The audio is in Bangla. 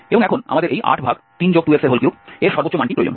এবং এখন আমাদের এই 832x3 এর সর্বোচ্চ মানটি প্রয়োজন